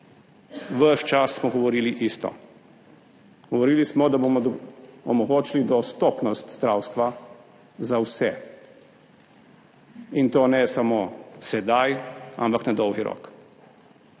Ves čas smo govorili isto, govorili smo, da bomo omogočili dostopnost zdravstva za vse, in to ne samo sedaj, ampak na dolgi rok.